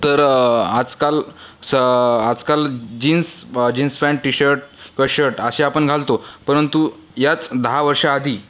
तर आजकाल आजकाल jeans jeans pant T shirt किंवा शर्ट असे आपण घालतो परंतु याच दहा वर्षाआधी